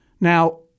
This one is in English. Now